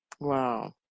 wow